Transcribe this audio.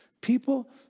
people